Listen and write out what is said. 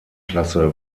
klasse